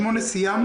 סעיף 8 סיימנו?